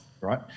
right